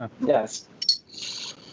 yes